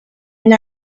and